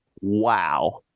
wow